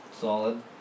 solid